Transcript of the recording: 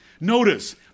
Notice